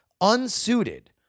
unsuited